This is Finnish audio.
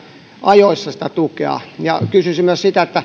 ajoissa sitä tukea kysyisin myös sitä